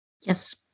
Yes